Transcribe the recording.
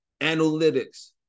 analytics